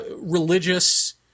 religious-